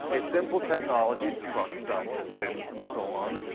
a simple technology trucks, dumps, bins and so on,